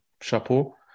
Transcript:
chapeau